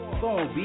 phone